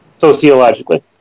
sociologically